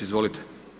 Izvolite.